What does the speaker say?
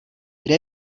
kde